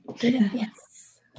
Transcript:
Yes